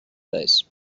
base